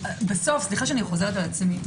סליחה שאני חוזרת על עצמי,